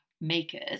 makers